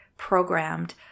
programmed